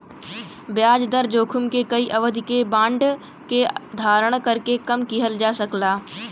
ब्याज दर जोखिम के कई अवधि के बांड के धारण करके कम किहल जा सकला